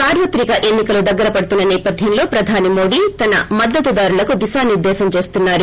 సార్వత్రిక ఎన్నికలు దగ్గరపడుతున్న నేపథ్యంలో ప్రధాని మోదీ తన మద్దతుదారులకు దిశానిర్దేశం చేస్తున్నారు